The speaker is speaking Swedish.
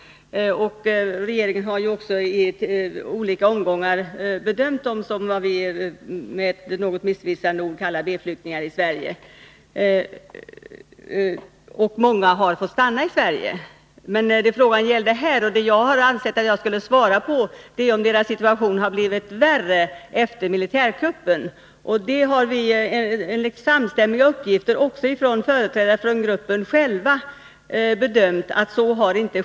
Regeringen har också i olika omgångar bedömt dem som vad vi med ett något missvisande ord kallar B-flyktingar i Sverige, och många har fått stanna i Sverige. Det frågan gällde här, och det jag har ansett att jag skulle svara på, är om deras situation blivit värre efter militärkuppen. Vi har, med utgångspunkt i samstämmiga uppgifter också från företrädare för gruppen, bedömt att så inte har skett.